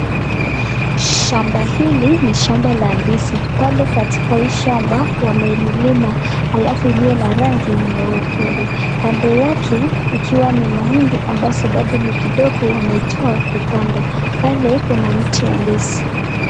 Shamba hili ni shamba la ndizi .Pale katika hii shamba wamelima alafu iliyo na rangi nyekundu, kando yake ikiwa ni mahindi ambazo huwa ni kidogo wameitoa kupanda. Pale kuna mti wa ndizi.